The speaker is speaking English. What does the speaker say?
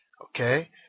Okay